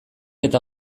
eta